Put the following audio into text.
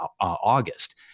August